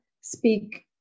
speak